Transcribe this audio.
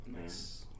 Nice